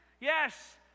Yes